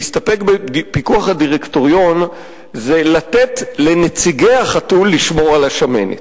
להסתפק בפיקוח הדירקטוריון זה לתת לנציגי החתול לשמור על השמנת,